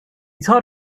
taught